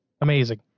amazing